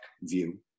view